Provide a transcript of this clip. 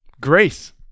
Grace